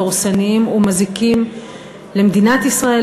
דורסניים ומזיקים למדינת ישראל,